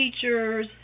teachers